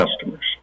customers